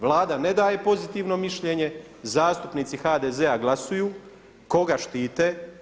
Vlada ne daje pozitivno mišljenje, zastupnici HDZ-a glasuju koga štite.